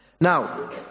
Now